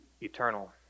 eternal